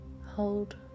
hold